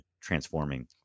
transforming